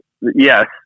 yes